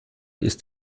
ist